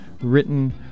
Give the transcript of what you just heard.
written